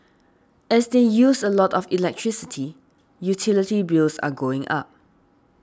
as they use a lot of electricity utility bills are going up